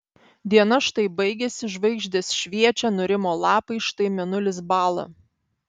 diena štai baigėsi žvaigždės šviečia nurimo lapai štai mėnulis bąla